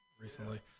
recently